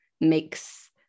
makes